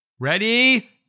Ready